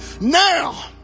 Now